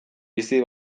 bizi